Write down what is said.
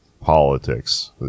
politics